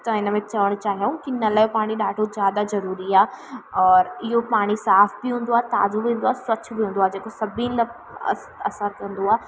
त इन में चवणु चाहियूं की नल जो पाणी ॾाढो ज़्यादाह ज़रूरी आहे और इहो पाणी साफ़ बि हूंदो आहे ताज़ो बि हूंदो आहे स्वच्छ बि हूंदो आहे जेको सभिनि लाइ अस असरु कंदो आहे